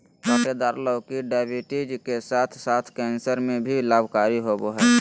काँटेदार लौकी डायबिटीज के साथ साथ कैंसर में भी लाभकारी होबा हइ